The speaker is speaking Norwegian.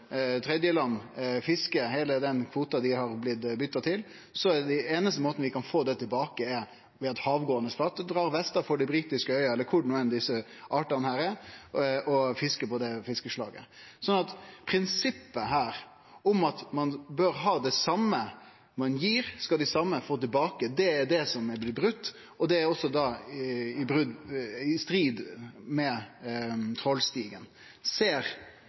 tredjeland fiskar heile den kvota dei har fått byta til seg, er den einaste måten vi kan få det tilbake på, at havgåande flåte drar vestafor dei britiske øyene, eller kor no desse artane er, og fiskar det fiskeslaget. Så prinsippet her om at ein bør ha det same – ein gir og skal få det same tilbake – blir brote. Det er også i strid med trålstigen. Ser